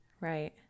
right